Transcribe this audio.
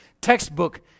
textbook